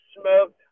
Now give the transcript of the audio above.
smoked